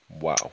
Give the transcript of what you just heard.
Wow